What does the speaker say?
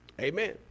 Amen